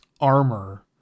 armor